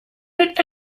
mit